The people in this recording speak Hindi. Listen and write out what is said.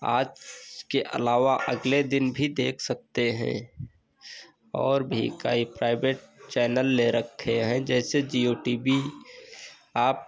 आज के अलावा अगले दिन भी देख सकते हैं और भी कई प्राइवेट चैनल ले रखे हैं जैसे जिओ टी वी आप